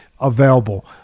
available